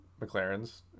McLarens